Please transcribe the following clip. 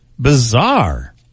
Bizarre